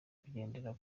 kugendera